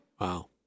Wow